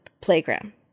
playground